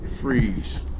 Freeze